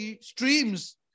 streams